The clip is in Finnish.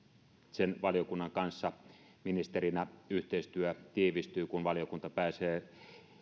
sen valiokunnan kanssa ministerin yhteistyö tiivistyy kun valiokunta pääsee